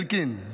אלקין,